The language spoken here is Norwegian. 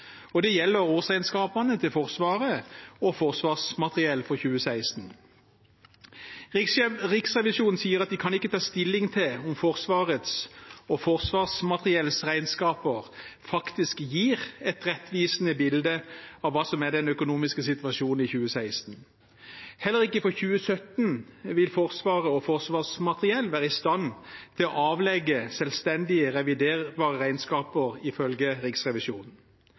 Forsvarsdepartementet. Det gjelder årsregnskapene til Forsvaret og Forsvarsmateriell for 2016. Riksrevisjonen sier at de ikke kan ta stilling til om Forsvarets og Forsvarsmateriells regnskaper faktisk gir et rettvisende bilde av hva som er den økonomiske situasjonen i 2016. Heller ikke for 2017 vil Forsvaret og Forsvarsmateriell være i stand til å avlegge selvstendige, reviderbare regnskaper, ifølge Riksrevisjonen.